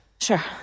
Sure